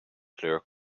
kleur